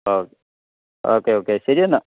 ഓ okay okay ശരി എന്നാൽ